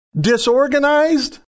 Disorganized